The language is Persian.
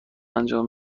انجام